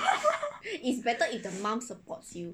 it's better if the mum supports you